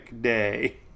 day